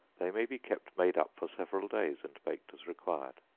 they may be kept made up for several days, and baked as required.